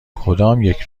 کدامیک